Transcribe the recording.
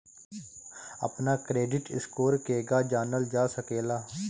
अपना credit score केगा जानल जा सकेला?